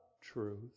truth